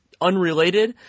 Unrelated